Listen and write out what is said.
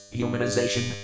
humanization